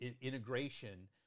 integration